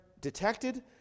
detected